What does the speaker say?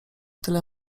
tyle